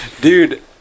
Dude